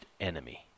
enemy